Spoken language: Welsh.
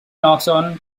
noson